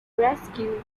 rescue